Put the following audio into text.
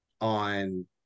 on